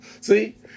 see